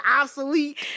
obsolete